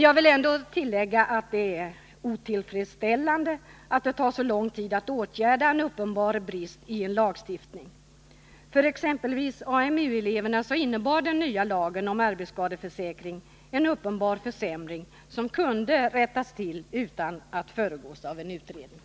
Jag vill ändå tillägga att det är otillfredsställande att det tar så lång tid att åtgärda en uppenbar brist i en lagstiftning. För exempelvis AMU-eleverna innebar den nya lagen om arbetsskadeförsäkring en uppenbar försämring, som kunde ha rättats till utan att föregås av en utredning.